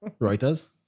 Reuters